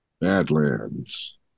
Badlands